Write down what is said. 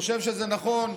חושב שזה נכון,